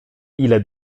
ile